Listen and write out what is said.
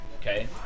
Okay